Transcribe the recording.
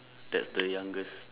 that's the youngest